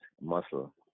muscle